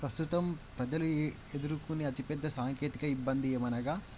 ప్రస్తుతం ప్రజలు ఎ ఎదురుకునే అతిపెద్ద సాంకేతిక ఇబ్బంది ఏమనగా